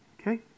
Okay